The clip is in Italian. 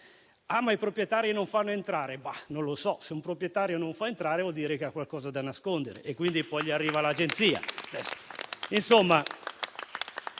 che i proprietari non fanno entrare. Non lo so, se un proprietario non fa entrare, vuol dire che ha qualcosa da nascondere e quindi poi arriva gli l'Agenzia